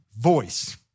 voice